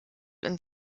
und